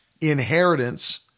inheritance